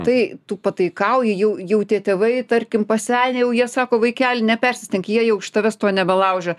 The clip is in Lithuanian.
tai tu pataikauji jau jau tie tėvai tarkim pasenę jau jie sako vaikeli nepersistenk jie jau iš tavęs to nebelaužia